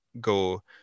go